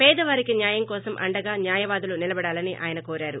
పేదవారికి న్నాయం కోసం అండగా న్నాయవాదులు నిలబడాలని ఆయన కోరారు